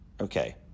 okay